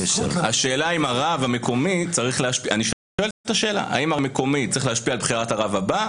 השאלה האם הרב המקומי צריך להשפיע על בחירת הרב הבא.